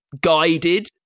guided